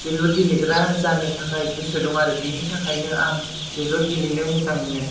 जोलुर गेलेग्रा जानो थाखाय गोसो दङ आरो बेनि थाखायनो आं जोलुर गेलेनो मोजां मोनो